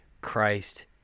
Christ